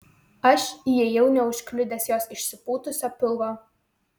aš įėjau neužkliudęs jos išsipūtusio pilvo